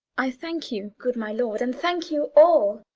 i thank you, good my lord and thank you all.